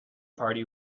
party